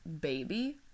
baby